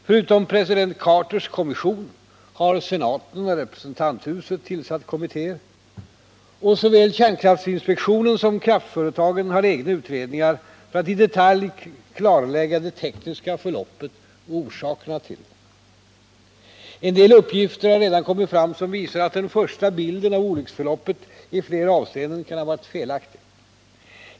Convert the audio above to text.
Förutom president Carters kommission har senaten och representanthuset tillsatt kommittéer, och såväl kärnkraftsinspektionen som kraftföretagen har egna utredningar för att i detalj klarlägga det tekniska förloppet och orsakerna till det. En del uppgifter har redan kommit fram som visar att den första bilden av olycksförloppet i flera avseenden kan ha varit felaktig.